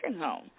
home